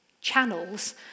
channels